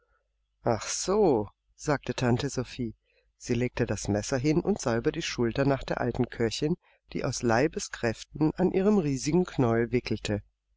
so sagte tante sophie sie legte das messer hin und sah über die schulter nach der alten köchin die aus leibeskräften an ihrem riesigen knäuel wickelte